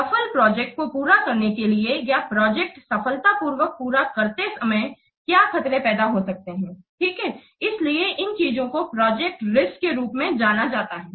सफल प्रोजेक्ट को पूरा करने के लिए या प्रोजेक्ट सफलतापूर्वक पूरा करते समय क्या खतरे पैदा हो सकते हैं ठीक है इसलिए इन चीजों को प्रोजेक्ट रिस्क के रूप में जाना जाता है